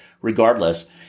Regardless